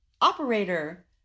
operator